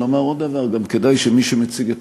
לומר עוד דבר: גם כדאי שמי שמציג את